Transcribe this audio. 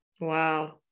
Wow